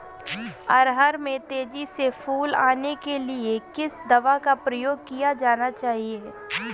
अरहर में तेजी से फूल आने के लिए किस दवा का प्रयोग किया जाना चाहिए?